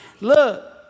Look